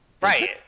Right